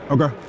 Okay